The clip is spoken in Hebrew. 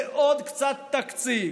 לעוד קצת תקציב,